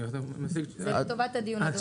זה לטובת הדיון, אדוני.